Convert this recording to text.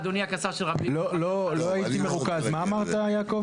מה אמרת יעקב?